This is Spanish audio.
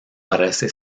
parece